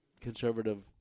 conservative